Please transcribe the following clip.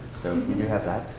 so we do have that.